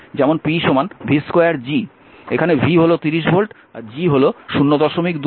এখানে v হল 30 volt এবং G 02 mho